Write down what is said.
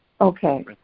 Okay